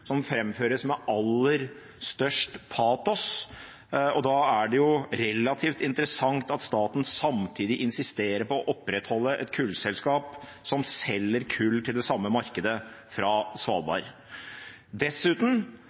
som framføres med aller størst patos. Da er det relativt interessant at staten samtidig insisterer på å opprettholde et kullselskap som selger kull til det samme markedet fra Svalbard. Dessuten